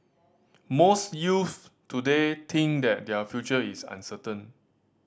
most youth today think that their future is uncertain